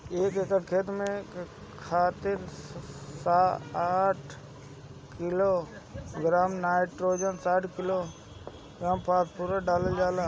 एक एकड़ खेत खातिर साठ किलोग्राम नाइट्रोजन साठ किलोग्राम फास्फोरस डालल जाला?